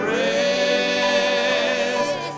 rest